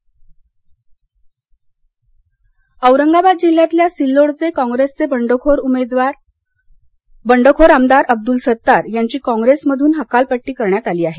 हकालपड्टी औरंगाबाद जिल्ह्यातल्या सिल्लोडचे काँग्रेसचे बंडखोर आमदार अब्दुल सत्तार यांची काँग्रेसमधून हकाल पट्टी करण्यात आली आहे